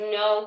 no